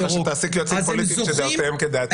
אני ממליץ לך שתעסיק יועצים פוליטיים שדעותיהם כדעתי.